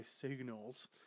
signals